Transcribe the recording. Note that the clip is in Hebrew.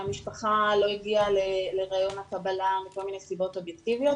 המשפחה לא הגיעה לריאיון הקבלה מכל מיני סיבות אובייקטיביות,